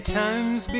times